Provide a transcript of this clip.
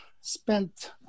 spent